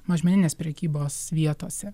mažmeninės prekybos vietose